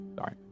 Sorry